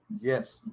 yes